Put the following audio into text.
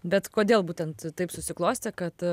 bet kodėl būtent taip susiklostė kad